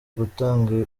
gutanga